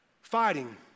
fighting